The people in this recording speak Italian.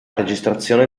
registrazione